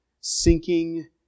sinking